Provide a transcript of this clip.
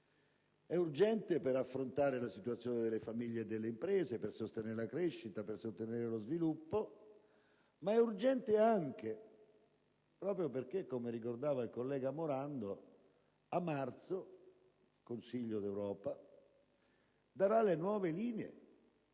È urgente per affrontare la situazione delle famiglie e delle imprese, per sostenere la crescita, lo sviluppo, ma è urgente anche perché, come ricordava il collega Morando, a marzo il Consiglio europeo darà le nuove linee.